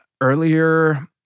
earlier